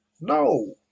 No